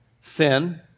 sin